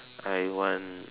I want